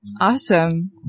awesome